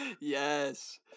yes